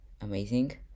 amazing